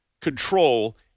control